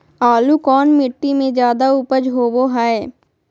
आलू कौन मिट्टी में जादा ऊपज होबो हाय?